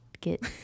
get